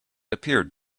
appeared